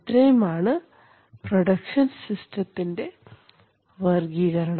ഇത്രയും ആണ് പ്രൊഡക്ഷൻ സിസ്റ്റത്തിൻറെ വർഗ്ഗീകരണം